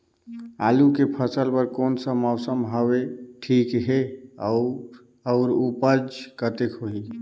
आलू के फसल बर कोन सा मौसम हवे ठीक हे अउर ऊपज कतेक होही?